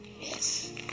Yes